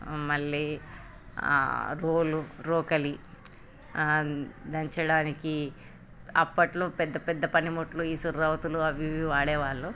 మళ్ళీ రోలు రోకలి దంచడానికి అప్పట్లో పెద్దపెద్ద పనిముట్లు ఇసుక రౌతులు అవి ఇవి వాడేవాళ్లు